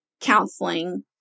counseling